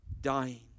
Dying